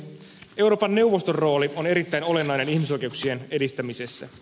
euroopan neuvoston rooli on erittäin olennainen ihmisoikeuksien edistämisessä